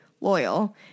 loyal